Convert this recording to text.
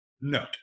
no